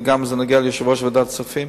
וגם זה נוגע ליושב-ראש ועדת הכספים.